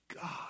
God